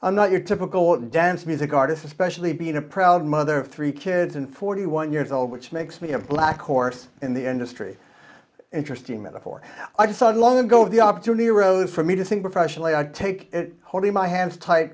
i'm not your typical dance music artist especially being a proud mother of three kids and forty one years old which makes me a black horse in the industry interesting metaphor i decided long ago the opportunity arose for me to sing professionally i take it holding my hands ti